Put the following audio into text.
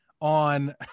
On